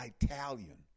Italian